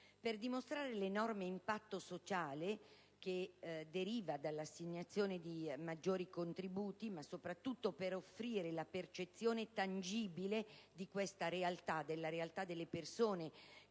Per dimostrare l'enorme impatto sociale che deriva dall'assegnazione di maggiori contributi, ma soprattutto per dare la percezione tangibile della realtà delle persone